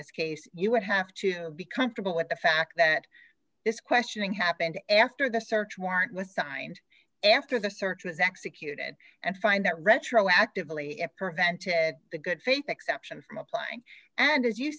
this case you would have to be comfortable with the fact that this questioning happened after the search warrant was signed after the search was executed and find that retroactively it prevented the good faith exception from applying and as you